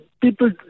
People